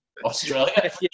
Australia